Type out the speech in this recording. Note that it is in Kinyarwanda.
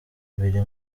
biri